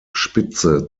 spitze